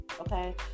Okay